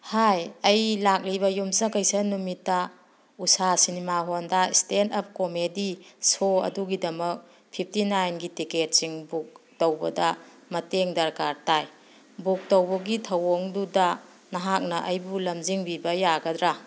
ꯍꯥꯏ ꯑꯩ ꯂꯥꯛꯂꯤꯕ ꯌꯨꯝꯁꯀꯩꯁꯥ ꯅꯨꯃꯤꯠꯇ ꯎꯁꯥ ꯁꯤꯅꯤꯃꯥ ꯍꯣꯜꯗ ꯁ꯭ꯇꯦꯟ ꯑꯞ ꯀꯣꯃꯦꯗꯤ ꯁꯣ ꯑꯗꯨꯒꯤꯗꯃꯛ ꯐꯤꯞꯇꯤ ꯅꯥꯏꯟꯒꯤ ꯇꯤꯀꯦꯠꯁꯤꯡ ꯕꯨꯛ ꯇꯧꯕꯗ ꯃꯇꯦꯡ ꯗꯔꯀꯥꯔ ꯇꯥꯏ ꯕꯨꯛ ꯇꯧꯕꯒꯤ ꯊꯧꯑꯣꯡꯗꯨꯗ ꯅꯍꯥꯛꯅ ꯑꯩꯕꯨ ꯂꯝꯖꯤꯡꯕꯤꯕ ꯌꯥꯒꯗ꯭ꯔ